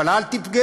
אבל אל תפגעו.